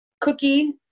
cookie